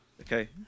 Okay